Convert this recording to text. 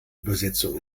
übersetzung